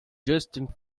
justin